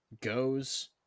goes